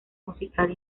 musical